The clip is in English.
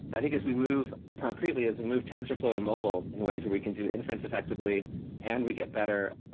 i think as we move concretely, as we move tensoflow to mobile in ways where we can do inference effectively and we get better,